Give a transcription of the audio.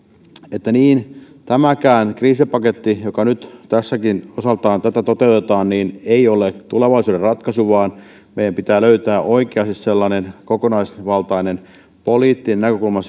että tämäkään kriisipaketti jota nyt tässäkin osaltaan toteutetaan ei ole tulevaisuuden ratkaisu vaan meidän pitää löytää oikeasti sellainen kokonaisvaltainen poliittinen näkökulma